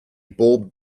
bob